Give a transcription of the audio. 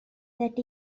that